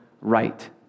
right